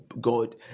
God